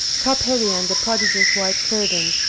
top-heavy under prodigious white turbans,